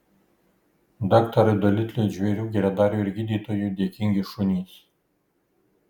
daktarui dolitliui žvėrių geradariui ir gydytojui dėkingi šunys